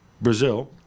Brazil